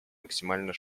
максимально